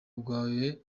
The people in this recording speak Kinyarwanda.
bwawe